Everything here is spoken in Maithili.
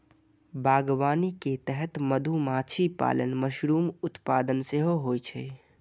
बागवानी के तहत मधुमाछी पालन, मशरूम उत्पादन सेहो होइ छै